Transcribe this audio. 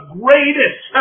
greatest